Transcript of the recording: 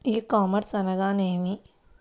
ఈ కామర్స్ అనగా నేమి?